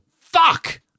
Fuck